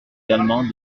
également